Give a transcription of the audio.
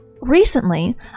Recently